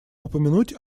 упомянуть